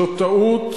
זו טעות.